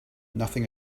nothing